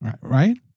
Right